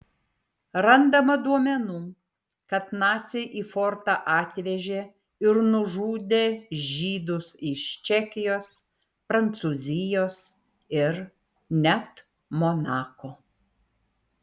randama duomenų kad naciai į fortą atvežė ir nužudė žydus iš čekijos prancūzijos ir net monako